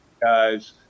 guys